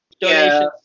donations